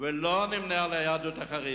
ולא נמנה עם היהדות החרדית.